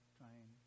trying